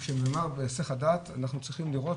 וכשנאמר בהיסח הדעת אנחנו צריכים לראות